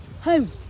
Home